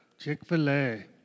Chick-fil-A